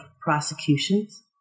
prosecutions